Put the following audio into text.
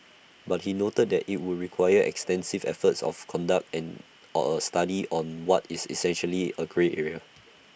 but he noted that IT would require extensive efforts of conduct and on A study on what is essentially A grey area